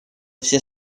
все